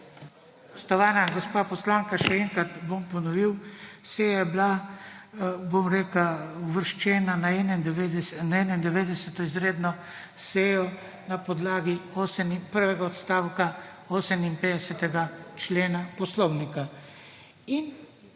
Spoštovana gospa poslanka še enkrat bom ponovil. Seja je bila bom rekel uvrščena na 91. izredno sejo na podlagi prvega odstavka 58. člena Poslovnika